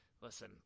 listen